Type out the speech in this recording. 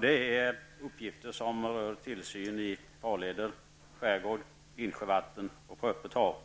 Det är uppgifter som tillsyn i farleder, skärgård, insjövatten och öppet hav.